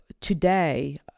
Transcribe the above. today